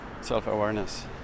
self-awareness